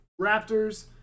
Raptors